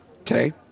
Okay